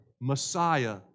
Messiah